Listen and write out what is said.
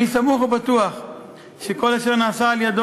אני סמוך ובטוח שכל אשר נעשה על-ידו